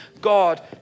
God